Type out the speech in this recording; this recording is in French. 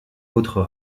autres